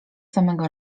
samego